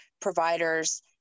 providers